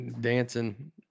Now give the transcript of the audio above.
dancing